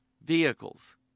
vehicles